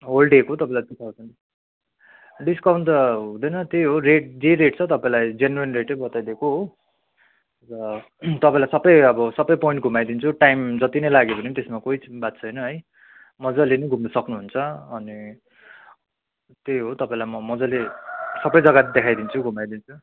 whole डेको तपाईँलाई two thousand discount त हुँदैन त्यही हो रेट जे रेट छ तपाईँलाई जेन्युन रेटै बताइदिएको हो र तपाईँलाई सबै अब सबै पोइन्ट घुमाइदिन्छ टाइम जति नै लागे पनि त्यसमा कोही बात छैन है मजाले नै घुम्न सक्नुहुन्छ अनि त्यही हो तपाईँलाई म मजाले सबै जग्गा देखाइदिन्छु घुमाइदिन्छु